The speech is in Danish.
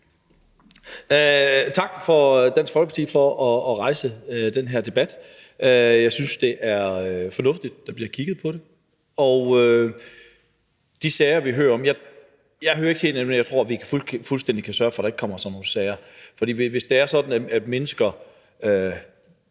Tak til Dansk Folkeparti for at rejse den her debat. Jeg synes, det er fornuftigt, at der bliver kigget på det. Jeg hører ikke til dem, der tror, at vi fuldstændig kan sørge for, at der ikke kommer sådan nogle sager som dem, vi hører om. For hvis det er sådan, at mennesker